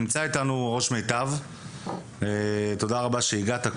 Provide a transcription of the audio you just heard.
נמצא איתנו ראש מיטב, תודה שהגעת.